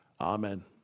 Amen